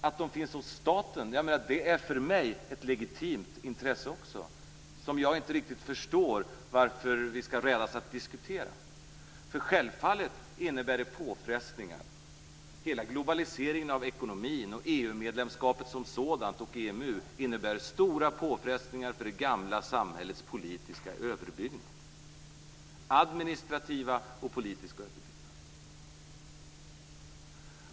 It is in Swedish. Att de finns hos staten är för mig också ett legitimt intresse. Jag förstår inte riktigt varför vi skall rädas att diskutera detta. Självfallet innebär detta påfrestningar. Globaliseringen av ekonomin, EU-medlemskapet som sådant och EMU innebär stora påfrestningar för de gamla samhällets administrativa och politiska överbyggnad.